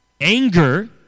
Anger